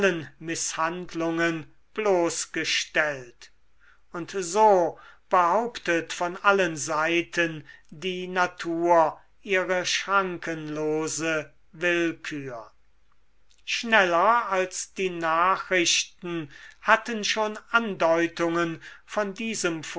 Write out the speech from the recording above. mißhandlungen bloßgestellt und so behauptet von allen seiten die natur ihre schrankenlose willkür schneller als die nachrichten hatten schon andeutungen von diesem